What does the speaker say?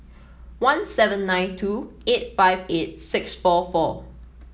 one seven nine two eight five eight six four four